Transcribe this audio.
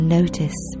notice